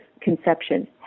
conception